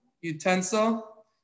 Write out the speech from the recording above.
utensil